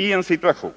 Ien situation